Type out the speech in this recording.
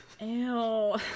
Ew